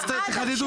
אז תחדדו את זה.